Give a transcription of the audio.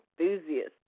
enthusiast